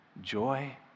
joy